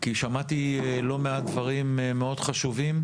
כי שמעתי הרבה מאוד דברים מאוד חשובים,